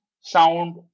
sound